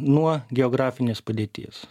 nuo geografinės padėties